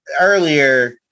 earlier